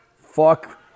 Fuck